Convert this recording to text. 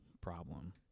problem